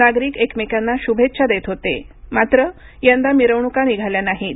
नागरिक एकमेकांना श्भेच्छा देत होते मात्र यंदा मिरवणूका निघाल्या नाहीत